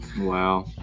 Wow